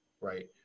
right